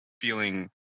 feeling